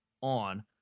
on